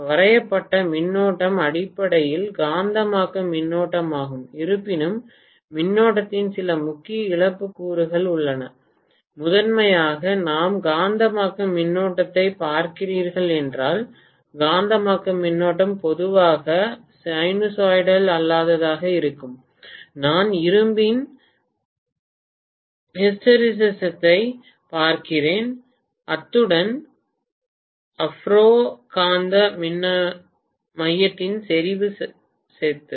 வரையப்பட்ட மின்னோட்டம் அடிப்படையில் காந்தமாக்கும் மின்னோட்டமாகும் இருப்பினும் மின்னோட்டத்தின் சில முக்கிய இழப்பு கூறுகள் உள்ளன முதன்மையாக நாம் காந்தமாக்கும் மின்னோட்டத்தைப் பார்க்கிறீர்கள் என்றால் காந்தமாக்கும் மின்னோட்டம் பொதுவாக சினுசாய்டல் அல்லாததாக இருக்கும் நான் இரும்பின் ஹிஸ்டெரெஸிஸ் சொத்தைப் பார்க்கிறேன் அத்துடன் ஃபெரோ காந்த மையத்தின் செறிவு சொத்து